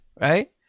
right